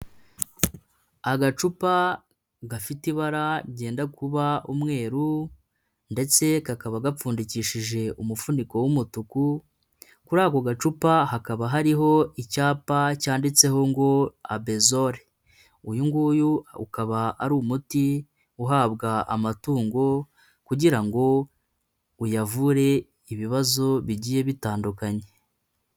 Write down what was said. Agacupa gafite ibara byenda kuba umweru, ndetse kakaba gapfundikishije umufuniko w'umutuku ,kuri ako gacupa hakaba hariho icyapa cyanditseho ngo abesore .uyu ukaba ari umuti uhabwa amatungo, kugira ngo uyavure ibibazo bigiye bitandukanye.